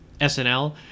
SNL